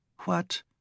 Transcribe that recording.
what